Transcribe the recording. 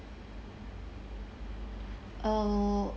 uh